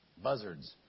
Buzzards